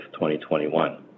2021